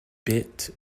bit